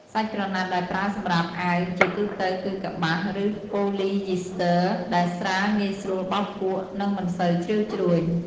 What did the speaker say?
សាច់ក្រណាត់ដែលប្រើសម្រាប់អាវជាទូទៅគឺ កប្បាស ឬប៉ូលីយីស្ទ័រ ដែលស្រាល ងាយស្រួលបោកគក់ និងមិនសូវជ្រីវជ្រួញ។